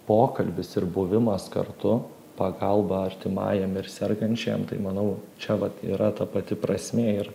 pokalbis ir buvimas kartu pagalba artimajam ir sergančiajam tai manau čia vat yra ta pati prasmė ir